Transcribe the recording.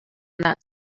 that